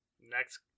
Next